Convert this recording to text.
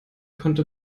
konnte